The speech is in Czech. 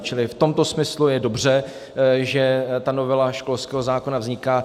Čili v tomto smyslu je dobře, že ta novela školského zákona vzniká.